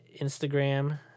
Instagram